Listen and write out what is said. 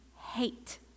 hate